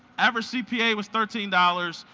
average cpa was thirteen dollars,